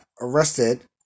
arrested